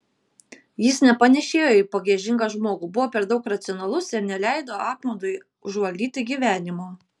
jis nepanėšėjo į pagiežingą žmogų buvo per daug racionalus ir neleido apmaudui užvaldyti gyvenimo